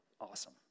Awesome